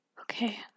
Okay